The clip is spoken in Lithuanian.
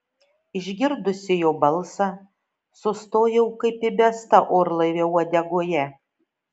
išgirdusi jo balsą sustojau kaip įbesta orlaivio uodegoje